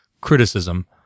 criticism